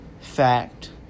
fact